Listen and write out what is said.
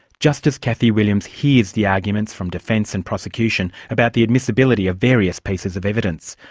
justice cathy williams hears the arguments from defence and prosecution about the admissibility of various pieces of evidence.